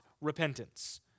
repentance